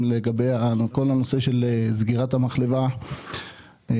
של ללכת הביתה חזרו לעבודה - זה יותר חשוב מכל דבר